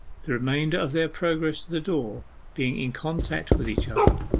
the remainder of their progress to the door being in contact with each other.